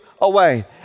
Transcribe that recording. away